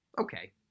Okay